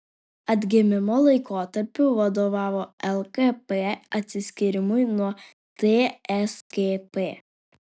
atgimimo laikotarpiu vadovavo lkp atsiskyrimui nuo tskp